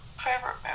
favorite